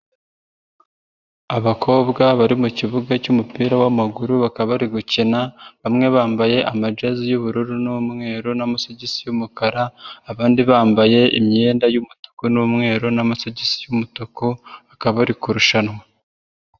Abakobwa bari mukibuga cy'umupira w'amaguru bakaba bari gukina, bamwe bambaye amajezi y'ubururu n'umweru n'amagisi y'umukara, abandi bambaye imyenda y'umutuku n'umweru n'amasogisi y'umutuku, bakaba bari kurushanwa.